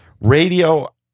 Radio